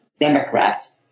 Democrats